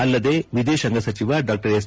ಅಲ್ಲದೇ ವಿದೇಶಾಂಗ ಸಚಿವ ಡಾ ಎಸ್